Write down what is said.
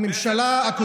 תתביישי לך,